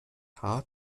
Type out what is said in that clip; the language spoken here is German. haar